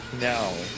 No